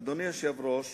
אדוני היושב-ראש,